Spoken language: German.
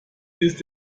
ist